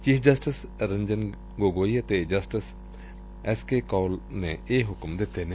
chief justice Ranjan Gogoi ਅਤੇ justice S K Kaul ਨੇ ਇਹ ਹੁਕਮ ਦਿੱਤੇ ਨੇ